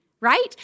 right